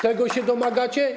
Tego się domagacie?